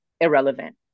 irrelevant